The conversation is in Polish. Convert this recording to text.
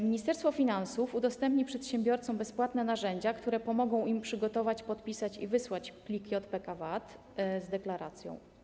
Ministerstwo Finansów udostępni przedsiębiorcom bezpłatne narzędzia, które pomogą im przygotować, podpisać i wysłać pliki JPK_VAT z deklaracją.